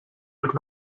would